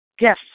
Yes